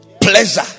pleasure